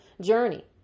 journey